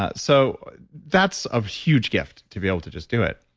ah so that's a huge gift to be able to just do it.